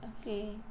Okay